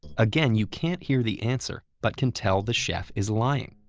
again you can't hear the answer but can tell the chef is lying,